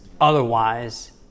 otherwise